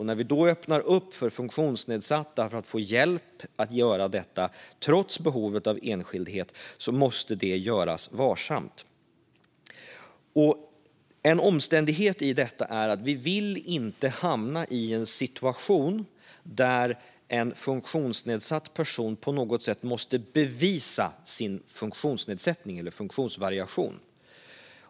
När vi öppnar upp för funktionsnedsatta att få hjälp att göra detta trots behovet av enskildhet måste det göras varsamt. En omständighet i detta är att vi inte vill hamna i en situation där en funktionsnedsatt person på något sätt måste bevisa sin funktionsnedsättning eller funktionsvariation.